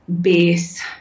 base